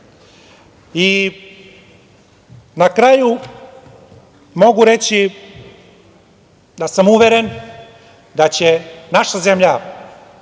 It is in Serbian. kraju, mogu reći da sam uveren da će naša zemlja